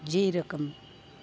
जीरकम्